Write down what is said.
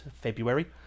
February